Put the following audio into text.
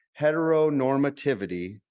heteronormativity